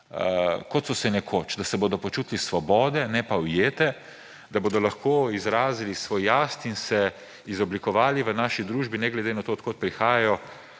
kot so se nekoč, da se bodo počutili svobodne, ne pa ujete, da bodo lahko izrazili svoj jaz in se izoblikovali v naši družbi ne glede na to, od kod prihajajo,